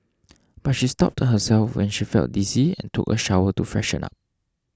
but she stopped herself when she felt dizzy and took a shower to freshen up